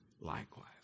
likewise